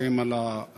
שהם על הספקטרום,